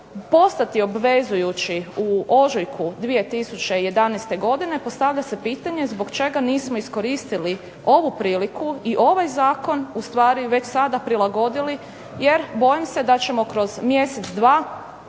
postati obvezujući u ožujku 2011. godine već postavlja se pitanje zbog čega nismo iskoristili ovu priliku i ovaj zakon ustvari već sada prilagodili, jer bojim se da ćemo kroz mjesec, dva